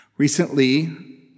Recently